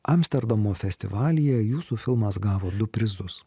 amsterdamo festivalyje jūsų filmas gavo du prizus